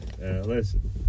Listen